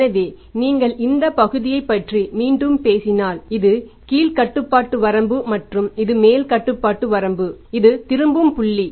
எனவே நீங்கள் இந்த பகுதியைப் பற்றி மீண்டும் பேசினால் இது கீழ் கட்டுப்பாட்டு வரம்பு மற்றும் இது மேல் கட்டுப்பாட்டு வரம்பு இது திரும்பும் புள்ளி